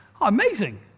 amazing